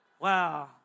Wow